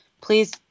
please